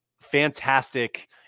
fantastic